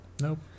Nope